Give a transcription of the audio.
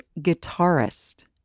guitarist